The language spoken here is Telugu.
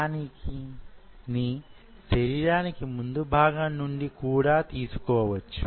దానిని శరీరానికి ముందు భాగం నుండి కూడా తీసుకొనవచ్చు